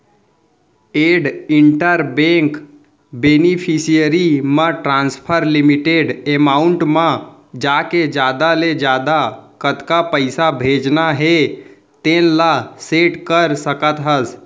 add inter bank beneficiary म transfer limit amount म जाके जादा ले जादा कतका पइसा भेजना हे तेन ल सेट कर सकत हस